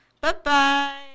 Bye-bye